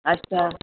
अच्छा